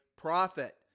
Profit